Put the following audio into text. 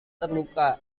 terluka